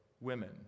women